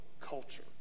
culture